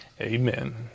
Amen